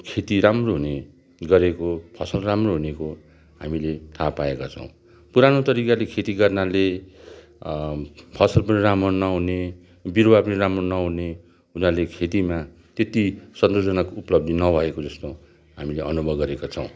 खेती राम्रो हुने गरेको फसल राम्रो हुनेको हामीले थाह पाएका छौँ पुरानो तरिकाले खेती गर्नाले फसल पनि राम्रो नहुने बिरुवा पनि राम्रो नहुने हुनाले खेतीमा त्यति सन्तोषजनक उपलब्धी नभएको जस्तो हामीले अनुभव गरेको छौँ